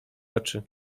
oczy